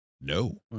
No